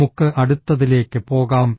നമുക്ക് അടുത്തതിലേക്ക് പോകാം